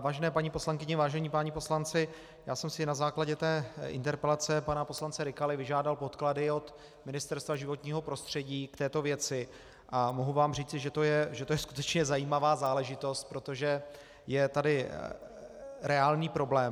Vážené paní poslankyně, vážení páni poslanci, já jsem si na základě té interpelace pana poslance Rykaly vyžádal podklady od Ministerstva životního prostředí k této věci a mohu vám říci, že to je skutečně zajímavá záležitost, protože je tady reálný problém.